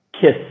kiss